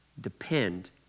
depend